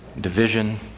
Division